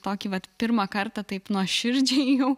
tokį vat pirmą kartą taip nuoširdžiai jau